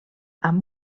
amb